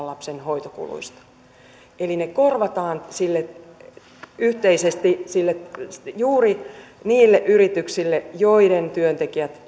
lapsen hoitokuluista eli ne korvataan yhteisesti juuri niille yrityksille joiden työntekijät